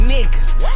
Nigga